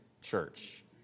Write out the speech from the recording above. church